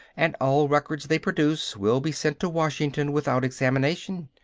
and all records they produce will be sent to washington without examination.